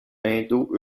indo